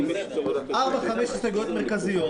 ארבע-חמש הסתייגויות מרכזיות,